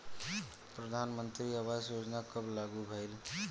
प्रधानमंत्री आवास योजना कब लागू भइल?